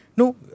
No